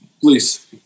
Please